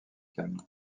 calme